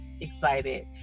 excited